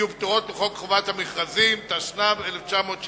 יהיו פטורות מחוק חובת המכרזים, התשנ"ב 1992,